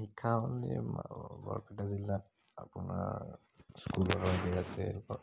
শিক্ষা মানে বৰপেটা জিলাত আপোনাৰ স্কুলৰ হেৰি আছে